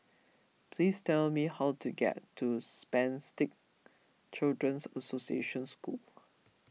please tell me how to get to Spastic Children's Association School